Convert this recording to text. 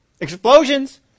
Explosions